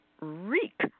reek